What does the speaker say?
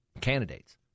candidates